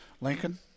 Lincoln